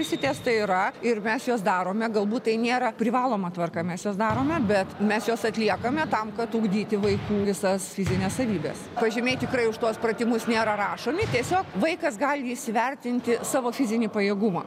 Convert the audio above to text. visi testai yra ir mes juos darome galbūt tai nėra privaloma tvarka mes juos darome bet mes juos atliekame tam kad ugdyti vaikų visas fizines savybes pažymiai tikrai už tuos pratimus nėra rašomi tiesiog vaikas gali įsivertinti savo fizinį pajėgumą